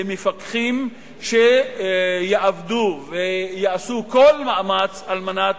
למפקחים שיעבדו ויעשו כל מאמץ על מנת